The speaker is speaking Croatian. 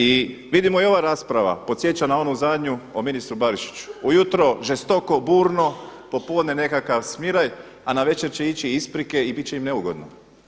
I vidimo i ova rasprava podsjeća na onu zadnju o ministru Barišiću, ujutro žestoko, burno, popodne nekakav smiraj, a navečer će ići isprike i bit će im neugodno.